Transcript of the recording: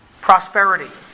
prosperity